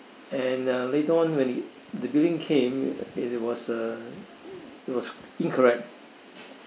and uh later on when the billing came it it was uh it was incorrect